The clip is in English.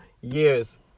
years